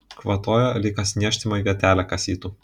kvatojo lyg kas niežtimą vietelę kasytų